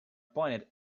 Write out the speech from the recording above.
pointed